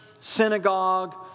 synagogue